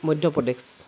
Madhya Pradesh